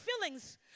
feelings